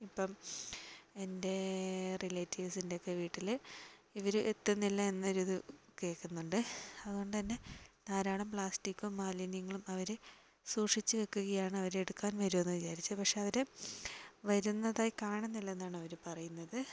ഇപ്പം എൻ്റെ റിലേറ്റീവ്സിൻ്റെയൊക്കെ വീട്ടിൽ ഇവർ എത്തുന്നില്ല എന്നൊരിത് കേൾക്കുന്നുണ്ട് അതുകൊണ്ട് തന്നെ ധാരാളം പ്ലാസ്റ്റിക്കും മാലിന്യങ്ങളും അവർ സൂക്ഷിച്ച് വെക്കുകയാണ് അവരെടുക്കാൻ വരുമെന്നു വിചാരിച്ച് പക്ഷേ അവർ വരുന്നതായി കാണുന്നില്ലെന്നാണ് അവർ പറയുന്നത്